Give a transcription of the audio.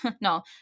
no